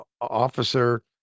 officer